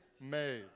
made